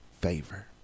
favor